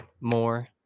more